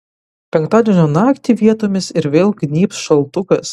penktadienio naktį vietomis ir vėl gnybs šaltukas